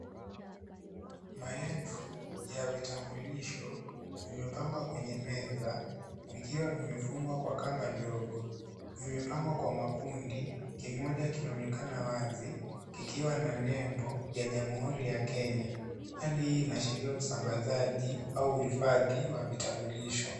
Mayamvu ya vitambulisho vimepangwa kwenye meza vikiwa vimefungwa kwa kamba ndogo, vimepangwa kwa makundi kimoja kinaonekana wazi kikiwa na nembo ya Jamuhuri ya Kenya hali hii inaashiria usambasaji au uhifadhi wa vitambulisho.